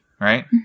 right